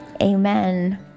amen